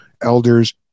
elders